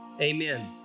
Amen